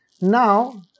Now